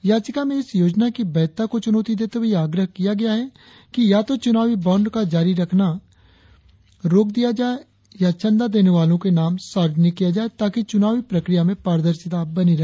याचिका में इस योजना की वैधता को चुनौती देते हुए यह आग्रह किया गया है कि या तो चुनावी बाँड का जारी करना रोक दिया जाए या चंदा देने वालों के नाम सार्वजनिक किया जाए ताकि चुनावी प्रक्रिया में पारदर्शिता बनी रहे